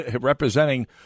representing